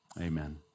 Amen